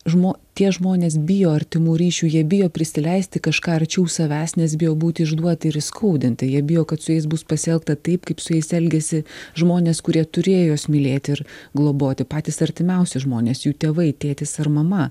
žmo tie žmonės bijo artimų ryšių jie bijo prisileisti kažką arčiau savęs nes bijo būti išduoti ir įskaudinti jie bijo kad su jais bus pasielgta taip kaip su jais elgėsi žmonės kurie turėjo juos mylėti ir globoti patys artimiausi žmonės jų tėvai tėtis ar mama